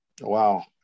Wow